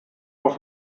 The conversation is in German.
auf